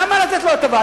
למה לתת לו הטבה?